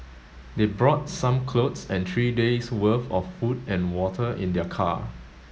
they brought some clothes and three days' worth of food and water in their car